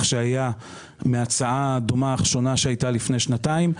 שהיה לגבי הצעה דומה אך שונה שהייתה לפני שנתיים.